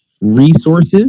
Resources